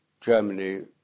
Germany